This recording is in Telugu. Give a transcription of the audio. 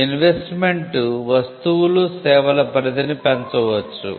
ఈ ఇన్వెస్ట్మెంట్ వస్తువులు సేవల పరిధిని పెంచవచ్చు